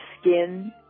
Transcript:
skin